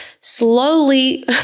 slowly